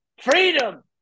freedom